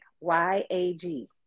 Y-A-G